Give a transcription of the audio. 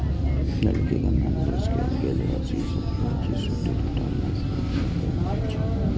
yield के गणना निवेश कैल गेल राशि सं विभाजित शुद्ध रिटर्नक रूप मे कैल जाइ छै